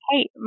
Hey